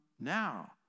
now